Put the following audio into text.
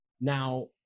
Now